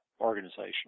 organizational